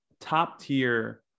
top-tier